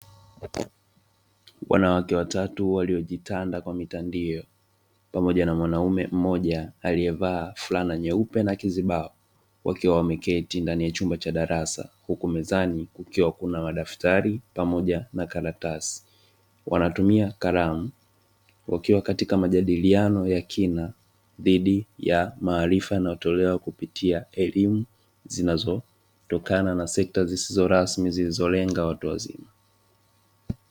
Wanawake watatu waliojitanda kwa mitandao pamoja na mwanaume mmoja alievaa gualana nyeupe na kizibao, wakiwa wameketi ndani ya chumba cha darasa huku mezani kukiwa kuna madaftari pamoja na karatasi, wanatumia kalamu wakiwa katika majadiliano ya kina dhidi ya maarifa yanayotolewa kupitia elimu zinazotokana na sekta zisizo rasmi zinazoenga watu wazima.